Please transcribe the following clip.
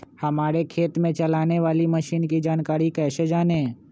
हमारे खेत में चलाने वाली मशीन की जानकारी कैसे जाने?